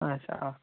آچھا اَکھ